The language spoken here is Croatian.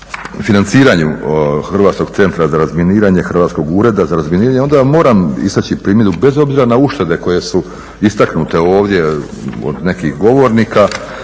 financiranju Hrvatskog centra za razminiranje, Hrvatskog ureda za razminiranje onda moram istaći primjedbu bez obzira na uštede koje su istaknute ovdje od nekih govornika